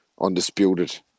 undisputed